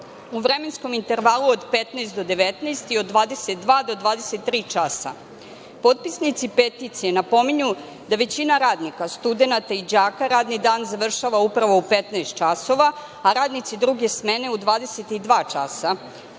u vremenskom intervalu od 15,00 do 19,00 i od 22,00 do 23,00 časa. Potpisnici peticije napominju da većina radnika, studenata i đaka radni dan završava upravo u 15 časova, a radnici druge smene u 22 časa,